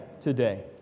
today